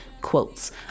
quotes